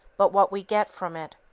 but what we get from it.